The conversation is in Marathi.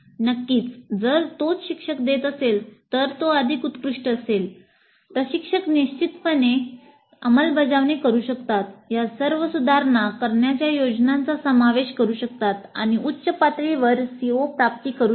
नक्कीच जर तोच शिक्षक देत असेल तर तो अधिक उत्कृष्ट असेल प्रशिक्षक निश्चितपणे अंमलबजावणी करू शकतात या सर्व सुधारणा करण्याच्या योजनांचा समावेश करू शकतात आणि उच्च पातळीवर CO प्राप्ति करू शकतात